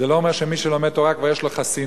זה לא אומר שמי שלומד תורה כבר יש לו חסינות.